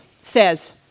says